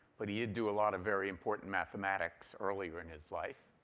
but he did do a lot of very important mathematics earlier in his life.